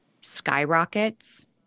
skyrockets